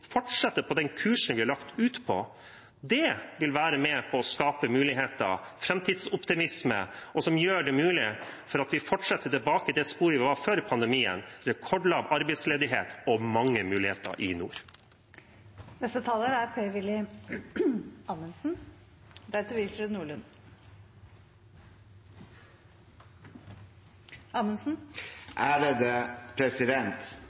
fortsetter på den kursen vi har lagt ut på. Det vil være med på å skape muligheter og framtidsoptimisme og gjøre det mulig å komme tilbake på det sporet vi var på før pandemien – med rekordlav arbeidsledighet og mange muligheter i